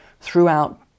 throughout